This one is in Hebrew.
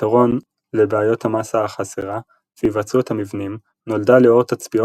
כפתרון לבעיות המסה החסרה והיווצרות המבנים נולדה לאור תצפיות